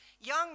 young